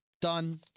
Done